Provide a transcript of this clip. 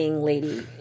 lady